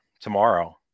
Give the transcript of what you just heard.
tomorrow